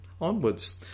onwards